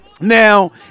Now